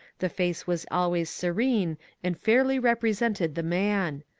the face was always serene and fairly represented the man.